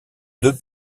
deux